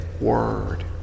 word